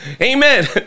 Amen